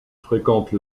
fréquentent